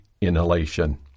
inhalation